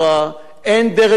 אין דרג מדיני.